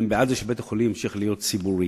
הם בעד זה שבית-החולים ימשיך להיות ציבורי.